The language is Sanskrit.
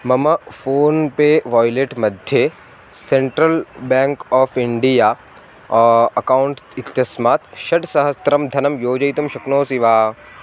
मम फ़ोन्पे वैलेट्मध्ये Central Bank of India account इत्यस्मात् षट्सहस्रं धनं योजयितुं शक्नोषि वा